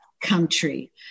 country